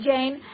Jane